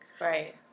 Right